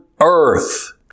earth